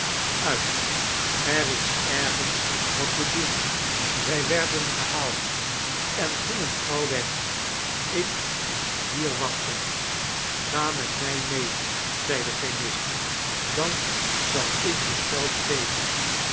uit er is ergens wat te doen zij werden gehaald en gingen gauw weg ik moest hier waohten ga met mij mee zei de chemist dan zal ik je geld geven